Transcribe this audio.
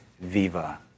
viva